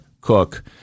cook